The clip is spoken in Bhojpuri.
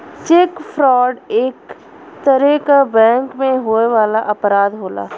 चेक फ्रॉड एक तरे क बैंक में होए वाला अपराध होला